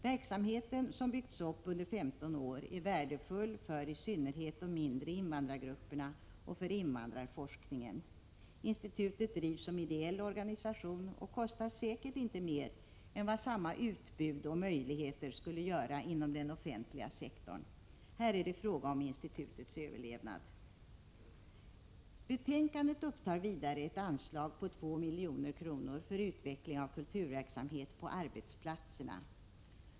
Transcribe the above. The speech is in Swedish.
Verksamheten, som byggts upp under 15 år, är värdefull för i synnerhet de mindre invandrargrupperna och för invandrarforskningen. Institutet drivs som ideell organisation och kostar säkert inte mer än vad samma utbud och möjligheter skulle göra inom den offentliga sektorn. Här är det fråga om institutets överlevnad. Betänkandet upptar vidare ett anslag av 2 milj.kr. för utveckling av kulturverksamhet på arbetsplatserna.